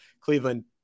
Cleveland